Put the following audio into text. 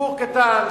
סיפור קטן,